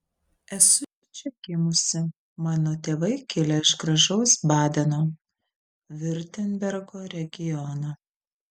esu čia gimusi mano tėvai kilę iš gražaus badeno viurtembergo regiono